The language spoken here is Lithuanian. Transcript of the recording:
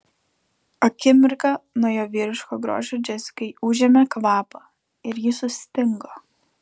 akimirką nuo jo vyriško grožio džesikai užėmė kvapą ir ji sustingo